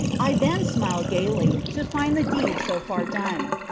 i then smiled gaily, to find the deed so far done.